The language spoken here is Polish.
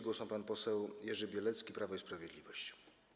Głos ma pan poseł Jerzy Bielecki, Prawo i Sprawiedliwość.